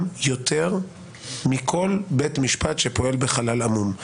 יותר מכל בית משפט שפועל בחלל עמום.